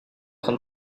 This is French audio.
train